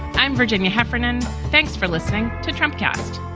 i'm virginia heffernan. thanks for listening to trump cast